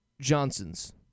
Johnson's